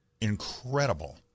incredible